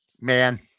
Man